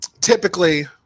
Typically